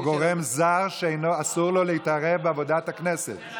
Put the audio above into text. או גורם זר, שאסור לו להתערב בעבודת הכנסת?